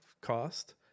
cost